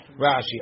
Rashi